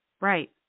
Right